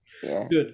Good